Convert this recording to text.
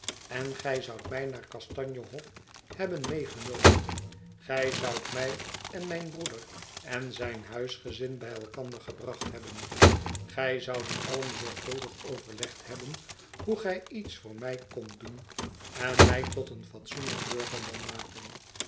en gij zoudt mij naar kastanjehof hebben meegenomen gij zoudt mij en mijn broeder en zijn huisgezin bij elkander gebracht hebben gij zoudt allen zorgvuldig overlegd hebben hoe gij iets voor mij kondt doen en mij tot een fatsoenlijk burgerman maken